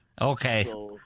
Okay